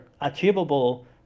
achievable